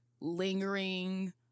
lingering